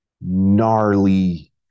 gnarly